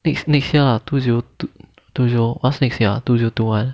next next year ah two zero two two zero what's next year ah two zero two one